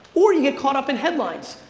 or you get caught up in headlines.